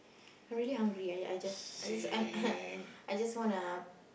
I really hungry I I I just I just I'm I just wanna